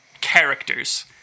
characters